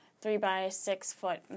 three-by-six-foot